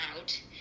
out